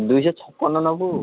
ଦୁଇଶହ ଛପନ ନବୁ